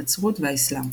הנצרות והאסלאם.